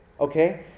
Okay